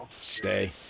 stay